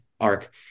arc